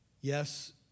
Yes